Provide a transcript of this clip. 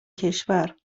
کشور